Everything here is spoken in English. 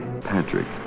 Patrick